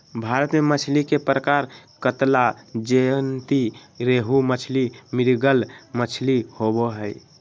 भारत में मछली के प्रकार कतला, ज्जयंती रोहू मछली, मृगल मछली होबो हइ